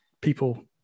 people